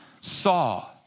saw